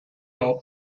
are